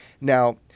now